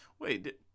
Wait